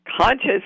conscious